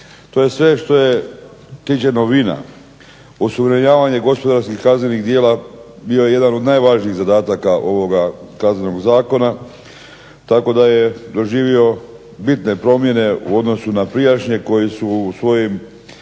to je sve što je tiče novina, osuvremenjivanje gospodarskih kaznenih djela bio je jedan od najvažnijih zadataka ovoga Kaznenog zakona, tako da je doživio bitne promjene u odnosu na prijašnje koji su u svojim